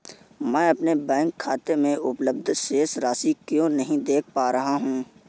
मैं अपने बैंक खाते में उपलब्ध शेष राशि क्यो नहीं देख पा रहा हूँ?